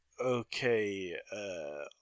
Okay